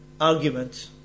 argument